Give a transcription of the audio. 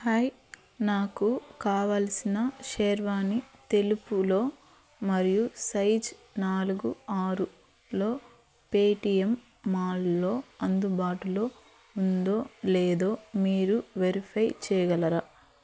hi నాకు కావలసిన షేర్వానీ తెలుపులో మరియు సైజ్ నాలుగు ఆరులో పేటీఎం మాల్లో అందుబాటులో ఉందో లేదో మీరు వెరిఫై చేయగలరా